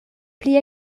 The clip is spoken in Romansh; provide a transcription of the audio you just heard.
pli